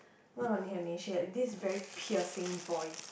not only her name she had this very piercing voice